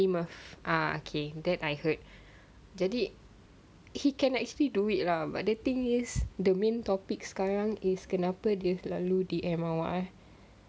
plymouth ah K that I heard jadi he can actually do it lah but the thing is the main topic sekarang is kenapa dia selalu D_M awak ah